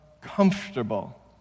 comfortable